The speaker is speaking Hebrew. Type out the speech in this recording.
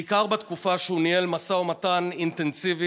בעיקר בתקופה שהוא ניהל משא ומתן אינטנסיבי